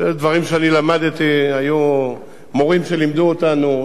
אלה דברים שאני למדתי, היו מורים שלימדו אותנו.